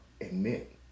admit